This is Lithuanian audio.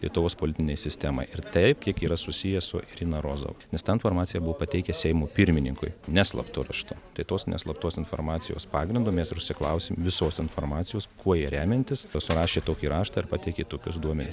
lietuvos politinei sistemai ir tai kiek yra susiję su irina rozova nes tą informaciją buvo pateikę seimo pirmininkui ne slaptu raštu tai tos neslaptos informacijos pagrindu mes ir užsiklausėm visos informacijos kuo jie remiantis pasirašė tokį raštą ir pateikė tokius duomenis